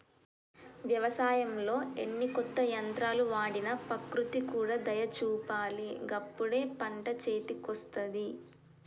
వ్యవసాయంలో ఎన్ని కొత్త యంత్రాలు వాడినా ప్రకృతి కూడా దయ చూపాలి గప్పుడే పంట చేతికొస్తది